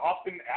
often